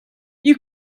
you